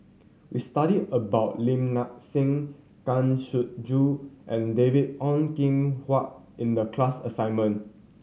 we studied about Lim Nang Seng Kang Siong Joo and David Ong Kim Huat in the class assignment